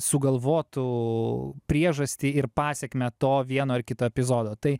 sugalvotų priežastį ir pasekmę to vieno ar kito epizodo tai